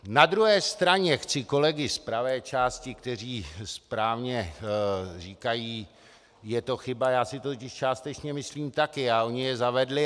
Na druhé straně chci kolegy z pravé části, kteří správně říkají, je to chyba, já si to totiž částečně myslím taky, a oni je zavedli.